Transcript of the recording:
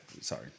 sorry